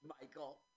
Michael